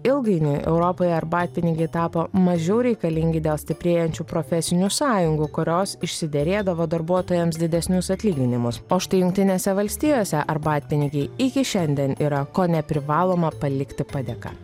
ilgainiui europoje arbatpinigiai tapo mažiau reikalingi dėl stiprėjančių profesinių sąjungų kurios išsiderėdavo darbuotojams didesnius atlyginimus o štai jungtinėse valstijose arbatpinigiai iki šiandien yra kone privaloma palikti padėka